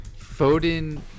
Foden